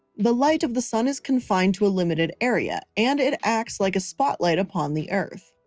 the light of the sun is confined to a limited area and it acts like a spotlight upon the earth.